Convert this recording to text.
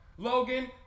Logan